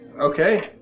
Okay